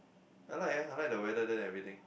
I like eh I like the weather there everything